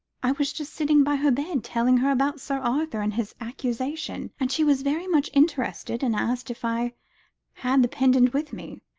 i was just sitting by her bed, telling her about sir arthur and his accusation, and she was very much interested, and asked if i had the pendant with me.